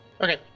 Okay